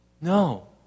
No